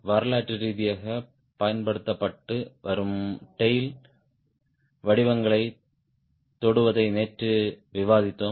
வரலாற்று ரீதியாக பயன்படுத்தப்பட்டு வரும் டேய்ல் வடிவங்களைத் தொடுவதை நேற்று விவாதித்தோம்